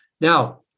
Now